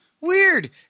Weird